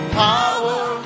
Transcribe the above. power